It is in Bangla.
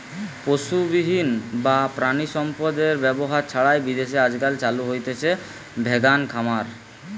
পশুবিহীন বা প্রাণিসম্পদএর ব্যবহার ছাড়াই বিদেশে আজকাল চালু হইচে ভেগান খামার